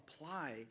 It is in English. apply